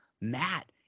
Matt